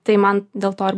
tai man dėl to ir